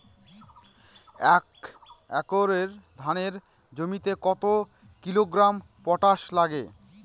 এক একর ধানের জমিতে কত কিলোগ্রাম পটাশ লাগে?